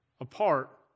apart